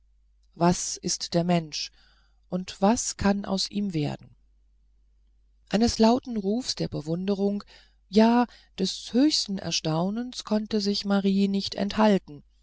was ist der mensch und was kann aus ihm werden eines lauten rufs der bewunderung ja des höchsten erstaunens konnte sich marie nicht enthalten